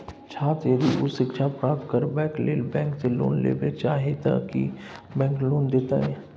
छात्र यदि उच्च शिक्षा प्राप्त करबैक लेल बैंक से लोन लेबे चाहे ते की बैंक लोन देतै?